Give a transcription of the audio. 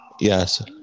Yes